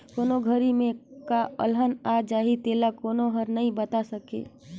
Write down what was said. कोन घरी में का अलहन आ जाही तेला कोनो हर नइ बता सकय